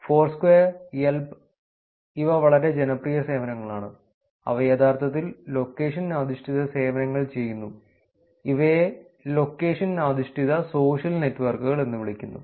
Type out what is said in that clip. Foursquare Yelp ഇവ വളരെ ജനപ്രിയമായ സേവനങ്ങളാണ് അവ യഥാർത്ഥത്തിൽ ലൊക്കേഷൻ അധിഷ്ഠിത സേവനങ്ങൾ ചെയ്യുന്നു ഇവയെ ലൊക്കേഷൻ അധിഷ്ഠിത സോഷ്യൽ നെറ്റ്വർക്കുകൾ എന്ന് വിളിക്കുന്നു